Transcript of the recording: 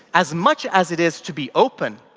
as much as it is to be open,